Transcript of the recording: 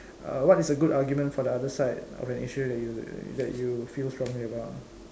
err what is a good argument for the other side of an issue that you that you feel strongly about